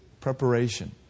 Preparation